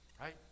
Right